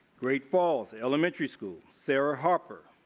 great falls elementary school, sarah harper.